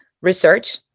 research